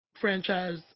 franchise